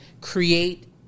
create